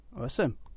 Awesome